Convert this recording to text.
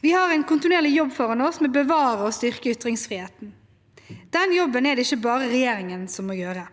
Vi har en kontinuerlig jobb foran oss med å bevare og styrke ytringsfriheten. Den jobben er det ikke bare regjeringen som må gjøre.